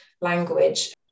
language